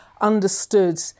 understood